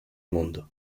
mundo